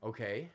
Okay